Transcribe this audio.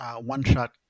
one-shot